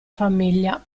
famiglia